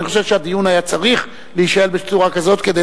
אני חושב שהדיון היה צריך להישאל בצורה כזאת כדי